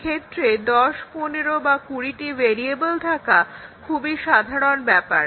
এক্ষেত্রে 10 15 এবং 20 টা ভেরিয়েবল থাকা খুবই সাধারণ ব্যাপার